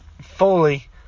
fully